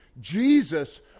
Jesus